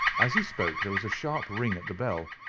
as he spoke there was a sharp ring at the bell.